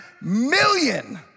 million